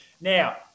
Now